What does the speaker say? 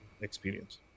experience